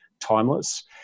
timeless